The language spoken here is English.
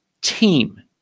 Team